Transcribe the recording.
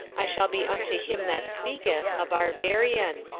i shall be unto him that speaketh a barbarian,